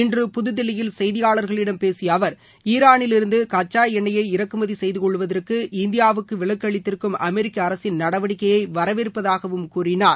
இன்று புதுதில்லியில் செய்தியாளர்களிடம் பேசிய அவர் ஈரானிலிருந்து கச்சா எண்ணெய்யை இறக்குமதி செய்து கொள்வதற்கு இந்தியாவுக்கு விலக்கு அளித்திருக்கும் அமெரிக்க அரசின் நடவடிக்கையை வரவேற்பதாகவும் கூறினார்